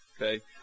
Okay